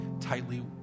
tightly